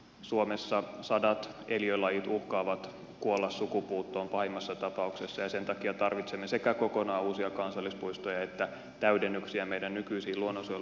suomessa sadat eliölajit uhkaavat pahimmassa tapauksessa kuolla sukupuuttoon ja sen takia tarvitsemme sekä kokonaan uusia kansallispuistoja että täydennyksiä meidän nykyisiin luonnonsuojelualueisiimme